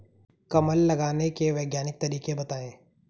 कमल लगाने के वैज्ञानिक तरीके बताएं?